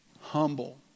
humble